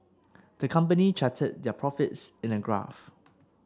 the company charted their profits in a graph